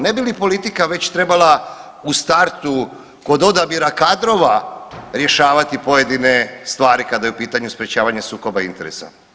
Ne bi li politika već trebala u startu kod odabira kadrova rješavati pojedine stvari kada u pitanju sprječavanje sukoba interesa.